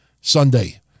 Sunday